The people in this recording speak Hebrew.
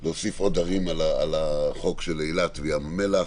על החוק של אילת וים המלח.